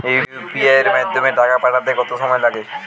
UPI এর মাধ্যমে টাকা পাঠাতে কত সময় লাগে?